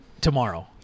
Tomorrow